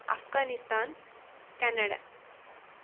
Afghanistan Canada